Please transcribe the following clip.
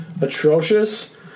atrocious